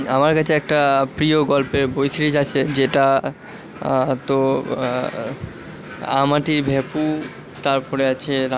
আমার কাছে একটা প্রিয় গল্পের বই সিরিজ আছে যেটা তো আম আঁটি ভেঁপু তারপরে আছে